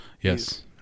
Yes